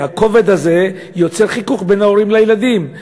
והכובד הזה יוצר חיכוך בין ההורים לילדים,